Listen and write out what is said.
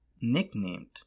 nicknamed